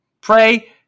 pray